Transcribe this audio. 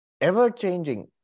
ever-changing